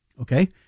okay